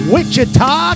Wichita